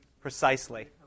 Precisely